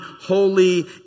holy